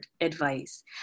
advice